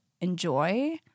enjoy